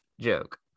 joke